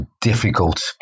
difficult